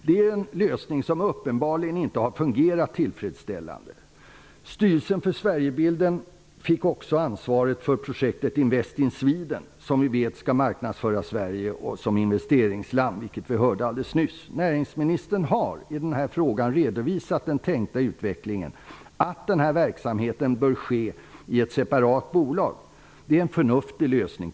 Denna ordning har uppenbarligen inte fungerat tillfredsställande. Styrelsen för Sverigebilden fick också ansvaret för projektet Invest in Sweden, genom vilket Sverige skall marknadsföras som investeringsland, som vi hörde alldeles nyss. Näringsministern har i denna fråga redovisat den tänkta inriktningen att denna verksamhet skall bedrivas i ett separat bolag. Jag tycker att det är en förnuftig lösning.